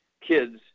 kids